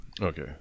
Okay